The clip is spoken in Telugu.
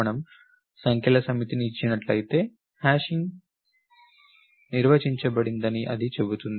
మనము సంఖ్యల సమితిని ఇచ్చినట్లయితే హ్యాషింగ్ నిర్వచించబడిందని అది చెబుతుంది